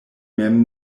mem